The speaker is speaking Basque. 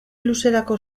luzerako